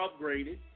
upgraded